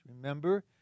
Remember